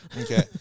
Okay